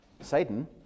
Satan